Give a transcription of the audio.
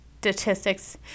Statistics